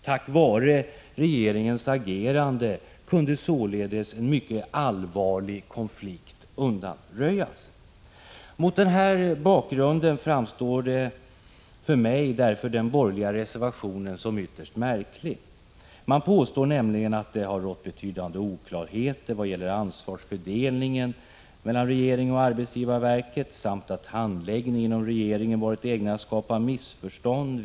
Tack vare regeringens agerande kunde således en mycket allvarlig Mot den här bakgrunden framstår därför den borgerliga reservationen som ytterst märklig. De borgerliga påstår nämligen att det har rått betydande oklarheter i vad gäller ansvarsfördelningen mellan regeringen och arbetsgivarverket samt att handläggningen inom regeringen har varit ägnad att skapa missförstånd.